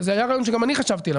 זה היה רעיון שגם אני חשבתי עליו.